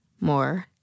more